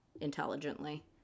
intelligently